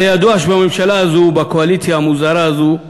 הרי ידוע שבממשלה הזאת, בקואליציה המוזרה הזאת,